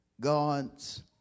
God's